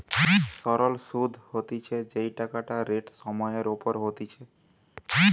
সরল সুধ হতিছে যেই টাকাটা রেট সময় এর ওপর হতিছে